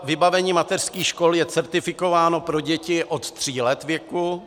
Vybavení mateřských škol je certifikováno pro děti od tří let věku.